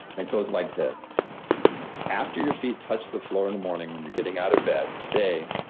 but goes like this after your feet touch the floor in the morning when you're getting out of bed say,